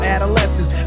Adolescents